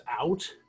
out